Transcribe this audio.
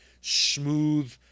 smooth